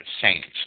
saints